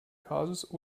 kasus